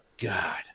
God